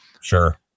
Sure